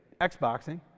Xboxing